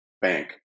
Bank